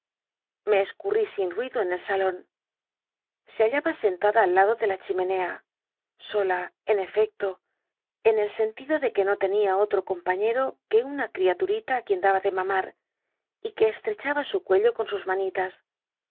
ile escurrí sin ruido en el salon se hntlaba sentnda ni lado de la chimenea sola en efecto en el sentido de que no tenia otro compañero que una criaturita á quien daba de mamar y que estrechaba su cuello con sus manilas